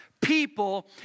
people